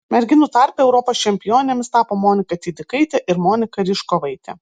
merginų tarpe europos čempionėmis tapo monika tydikaitė ir monika ryžkovaitė